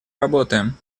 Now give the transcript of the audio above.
работаем